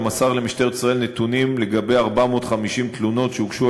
ומסר למשטרת ישראל נתונים לגבי 450 תלונות שהוגשו